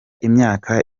imyaka